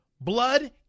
Blood